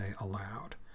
aloud